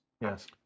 Yes